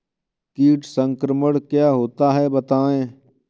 कीट संक्रमण क्या होता है बताएँ?